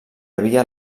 havia